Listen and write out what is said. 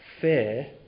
fair